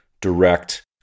direct